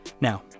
Now